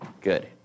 good